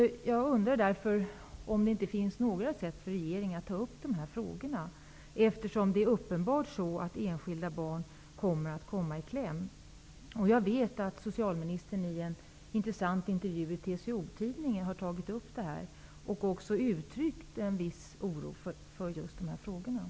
Jag undrar därför om det inte finns något sätt för regeringen att ta upp de här frågorna på, mot bakgrund av att enskilda barn uppenbarligen kommer att komma i kläm. Jag vet att socialministern i en intressant intervju i TCO Tidningen har tagit upp frågan och uttryckt en viss oro i just dessa avseenden.